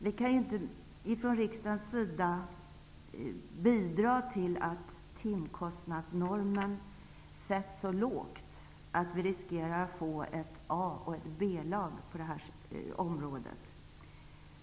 Vi kan inte från riksdagena sida bidra till att timkostnadsnormen sätts så lågt att vi riskerar att få ett A och ett B-lag på det här området.